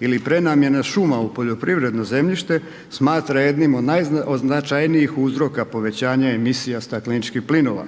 ili prenamjena šuma u poljoprivredno zemljište, smatra jednim od najznačajnijih uzroka povećanja emisija stakleničkih plinova.